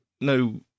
no